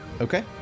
Okay